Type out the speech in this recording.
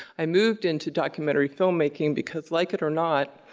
i moved into documentary filmmaking because like it or not,